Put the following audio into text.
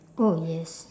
oh yes